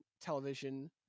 television